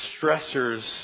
stressors